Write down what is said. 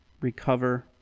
Recover